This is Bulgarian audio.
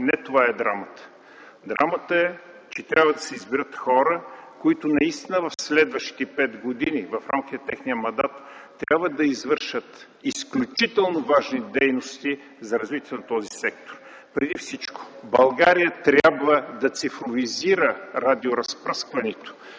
не това е драмата. Драмата е, че трябва да се изберат хора, които в следващите пет години, в рамките на техния мандат, трябва да извършат изключително важни дейности за развитието на този сектор. Преди всичко България трябва да цифровизира радиоразпръскването,